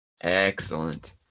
Excellent